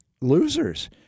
losers